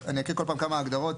אני אקריא כל פעם כמה הגדרות.